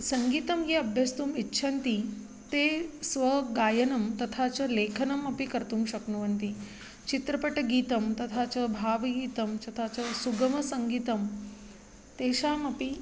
सङ्गीतं ये अभ्यस्तुम् इच्छन्ति ते स्वगायनं तथा च लेखनम् अपि कर्तुं शक्नुवन्ति चित्रपटगीतं तथा च भावगीतं तथा च सुगमसङ्गीतं तेषामपि